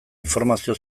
informazio